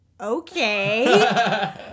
Okay